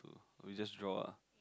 to we just draw ah